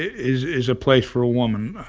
is is a place for a woman.